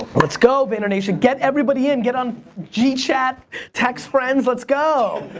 let's go vaynernation, get everybody in, get on g-chat. text friends, let's go